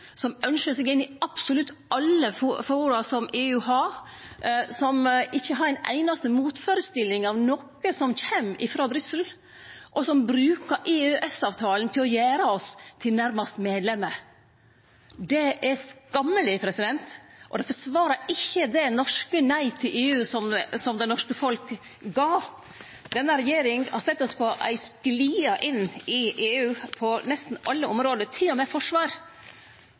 som diltar etter EU, som ønskjer seg inn i absolutt alle forum som EU har, som ikkje har ei einaste motførestilling mot noko som kjem frå Brussel, og som brukar EØS-avtalen til å gjere oss til nærast medlemer. Det er skammeleg, og det forsvarar ikkje det norske nei til EU som det norske folk gav. Denne regjering har sett oss på ei sklie inn i EU på nesten alle område, til og med forsvar.